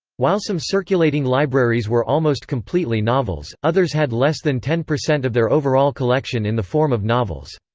while some circulating libraries were almost completely novels, others had less than ten percent of their overall collection in the form of novels.